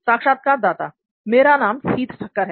साक्षात्कारदाता मेरा नाम हीत ठक्कर है